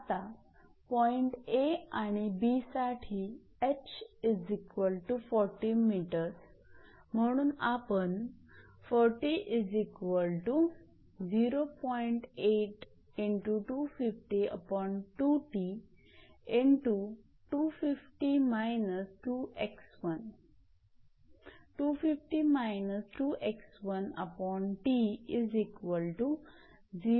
आता point A आणि B साठी ℎ40 𝑚 म्हणून आपण